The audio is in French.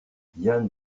yann